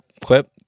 clip